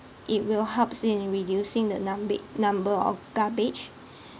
it will helps in reducing the numbe~ number of garbage